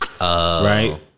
Right